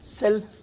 self